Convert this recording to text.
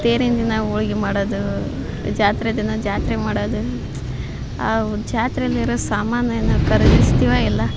ತೇರಿನ ದಿನ ಹೋಳ್ಗಿ ಮಾಡೋದು ಜಾತ್ರೆ ದಿನ ಜಾತ್ರೆ ಮಾಡೋದು ಆ ಜಾತ್ರೆಲಿರೋ ಸಾಮಾನೆಲ್ಲ ಖರೀದಿಸ್ತಿವ ಇಲ್ಲ